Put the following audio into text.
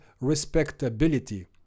respectability